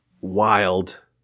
wild